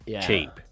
cheap